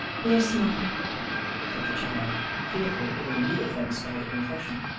yes, ma'am said the child, fearful of giving new offence by the confession.